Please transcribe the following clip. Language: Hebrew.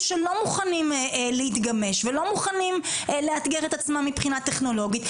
שלא מוכנים להתגמש ולא מוכנים לאתגר את עצמם מבחינה טכנולוגית,